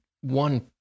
one